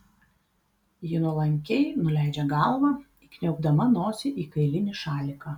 ji nuolankiai nuleidžia galvą įkniaubdama nosį į kailinį šaliką